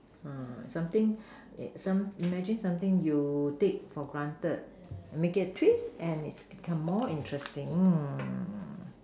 uh something some imagine something you take for granted make it a twist and make it becomes more interesting